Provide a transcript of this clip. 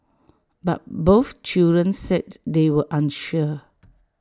but both children said they were unsure